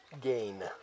gain